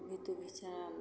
चरल